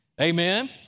Amen